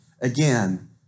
Again